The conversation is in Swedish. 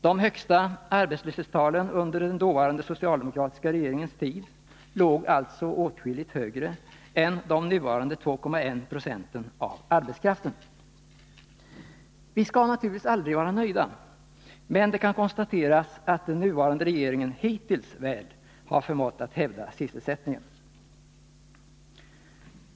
De högsta arbetslöshetstalen under den dåvarande socialdemokratiska regeringens tid låg alltså åtskilligt högre än nuvarande 2,1 90 av arbetskraften. Vi skall naturligtvis aldrig vara nöjda, men det bör konstateras att den nuvarande regeringen hittills väl har förmått att hävda sysselsättningen.